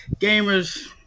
gamers